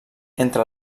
entre